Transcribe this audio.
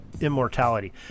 immortality